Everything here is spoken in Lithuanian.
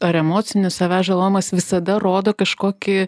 ar emocinis savęs žalojimas visada rodo kažkokį